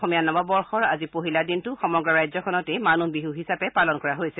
অসমীয়া নৱবৰ্ষৰ আজি পহিলা দিনটো সমগ্ৰ ৰাজ্যখনতে মানুহ বিহু হিচাপে পালন কৰা হৈছে